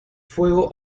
fuego